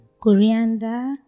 coriander